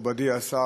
מכובדי השר,